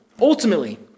ultimately